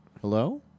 Hello